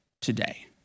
today